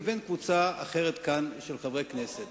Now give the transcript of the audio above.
לבין קבוצה אחרת כאן של חברי כנסת.